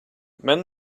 mend